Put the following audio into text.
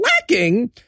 lacking